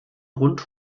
rund